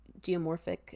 geomorphic